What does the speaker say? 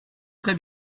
très